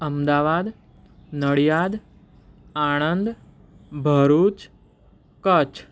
Ahmedabad Nadiad Anand Bharuch Kutch